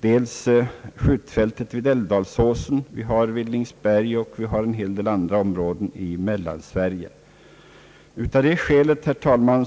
dels skjutfältet i Älvdalsåsen. Vidare har vi Villingsberg och en hel del andra områden i Mellansverige. Herr talman!